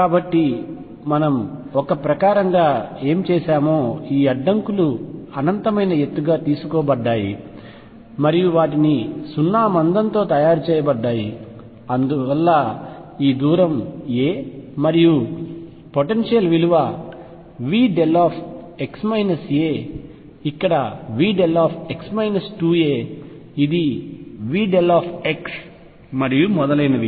కాబట్టి మనము ఒక ప్రకారంగా ఏమి చేశామో ఈ అడ్డంకులు అనంతమైన ఎత్తుగా తీసుకోబడ్డాయి మరియు వాటిని సున్నా మందంతో తయారు చేయబడ్డాయి మరియు అందువలన ఈ దూరం a మరియు పొటెన్షియల్ విలువ Vδx a ఇక్కడ Vδx 2a ఇది Vδ మరియు మొదలైనవి